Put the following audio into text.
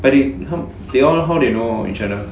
but they how they all how they know each other